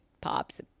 pops